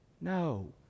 No